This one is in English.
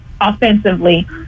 offensively